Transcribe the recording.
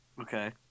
Okay